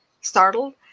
startled